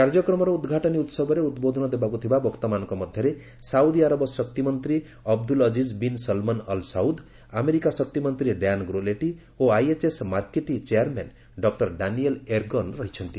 କାର୍ଯ୍ୟକ୍ରମର ଉଦ୍ଘାଟନୀ ଉସବରେ ଉଦ୍ବୋଧନ ଦେବାକୁ ଥିବା ବକ୍ତାମାନଙ୍କ ମଧ୍ୟରେ ସାଉଦୀଆରବ ଶକ୍ତିମନ୍ତ୍ରୀ Abdul Aziz bin Salman Al Saud America ଶକ୍ତିମନ୍ତ୍ରୀ ଡ୍ୟାନ୍ ଗ୍ରୋଲେଟି ଓ ଆଇଏଚ୍ଏସ୍ ମାର୍କିଟି ଚେୟାରମ୍ୟାନ ଡକୁର ଡାନିଏଲ୍ ଏରଗିନ୍ ରହିଛନ୍ତି